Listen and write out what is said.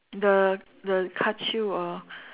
the the Ka-Chew or